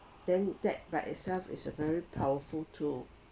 then that by itself is a very powerful tool